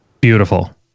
Beautiful